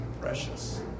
precious